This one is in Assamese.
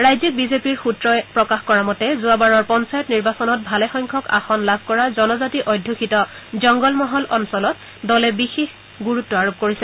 ৰাজ্যিক বিজেপি সূত্ৰই প্ৰকাশ কৰা মতে যোৱাবাৰৰ পঞ্চায়ত নিৰ্বাচনত ভালেসংখ্যক আসন লাভ কৰা জনজাতি অধুষিত জংগলমহল অঞ্চলত দলে বিশেষ গুৰুত্ব আৰোপ কৰিছে